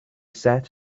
sat